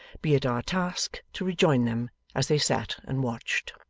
be it our task to rejoin them as they sat and watched.